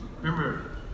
Remember